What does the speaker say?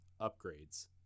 upgrades